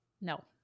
No